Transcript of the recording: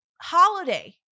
holiday